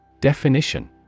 Definition